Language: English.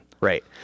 Right